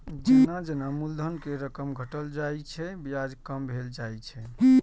जेना जेना मूलधन के रकम घटल जाइ छै, ब्याज कम भेल जाइ छै